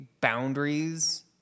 boundaries